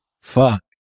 Fuck